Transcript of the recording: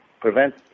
prevent